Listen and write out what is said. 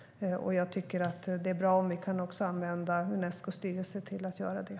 Det är bra om vi också kan använda Unescos styrelse till att göra det.